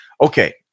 Okay